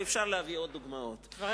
אפשר להביא עוד דוגמאות.